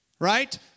Right